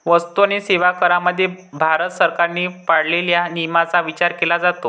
वस्तू आणि सेवा करामध्ये भारत सरकारने पाळलेल्या नियमांचा विचार केला जातो